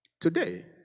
Today